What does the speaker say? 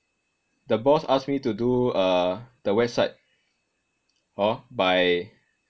the boss ask me to do uh the website hor by